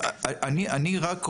אני רק רוצה,